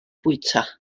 bwyta